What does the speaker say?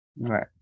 Right